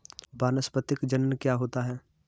वानस्पतिक जनन क्या होता है?